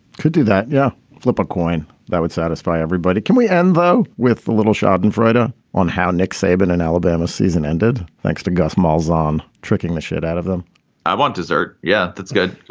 could do that. yeah. flip a coin that would satisfy everybody. can we end, though, with a little schadenfreude ah on how nick saban and alabama season ended? thanks to gus malzahn um tricking the shit out of them i want dessert. yeah, that's good,